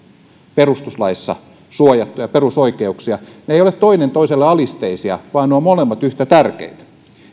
perustuslaissa suojattuja perusoikeuksia ne eivät ole toinen toiselle alisteisia vaan ne ovat molemmat yhtä tärkeitä